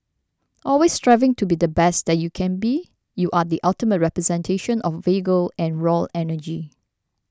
always striving to be the best that you can be you are the ultimate representation of vigour and raw energy